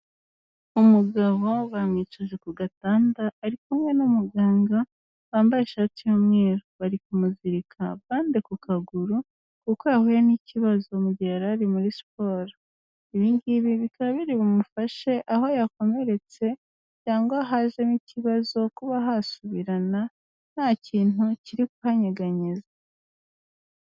Umugabo bamwicaje ku gatanda, ari kumwe n'umuganga wambaye ishati y'umweru, bari kumuzirika bande ku kaguru kuko yahuye n'ikibazo mu gihe yari ari muri siporo, ibi ngibi bikaba biri bumufashe aho yakomeretse cyangwa hajemo ikibazo kuba hasubirana nta kintu kiri kuhanyeganyeza.